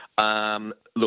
Look